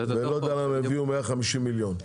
ואני לא יודע למה הגיעו ל-150 מיליון.